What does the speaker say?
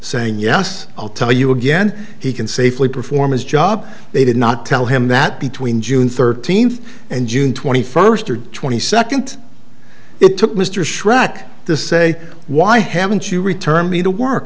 saying yes i'll tell you again he can safely perform is job they did not tell him that between june thirteenth and june twenty first or twenty second it took mr schrock to say why haven't you returned me to work